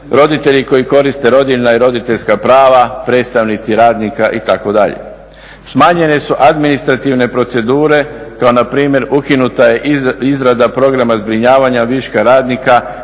roditelji koji koriste rodiljna i roditeljska prava, predstavnici radnika itd. Smanjene su administrativne procedure kao npr. ukinuta je izrada programa zbrinjavanja viška radnika,